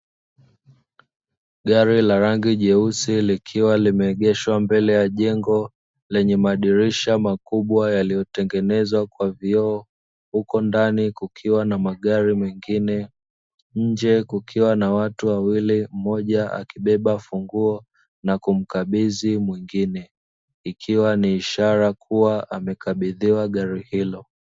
Gari la rangi jeusi likiwa limeegeshwa mbele ya jengo, lenye madirisha makubwa yaliyotengenezwa kwa vioo, huku ndani kukiwa na magari mengine. Nje kukiwa na watu wawili, mmoja akibeba funguo na kumkabidhi mwingine; ikiwa ni ishara kuwa amekabidhiwa gari hilo.